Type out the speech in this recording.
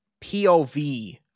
POV